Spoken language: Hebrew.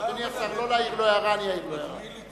אני לא אמשיך לדבר, אני אקום ואצא.